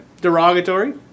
Derogatory